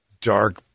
dark